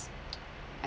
I